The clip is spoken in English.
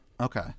okay